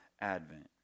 Advent